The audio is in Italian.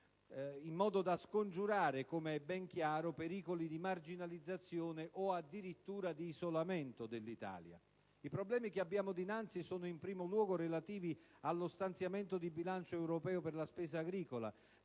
in modo da scongiurare, come è ben chiaro, pericoli di marginalizzazione o addirittura di isolamento dell'Italia. I problemi che abbiamo dinanzi sono in primo luogo relativi allo stanziamento di bilancio europeo per la spesa agricola,